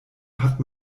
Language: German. hat